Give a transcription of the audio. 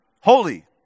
holy